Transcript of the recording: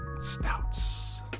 Stouts